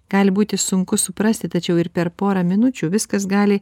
gali būti sunku suprasti tačiau ir per porą minučių viskas gali